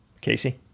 Casey